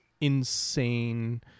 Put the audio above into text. insane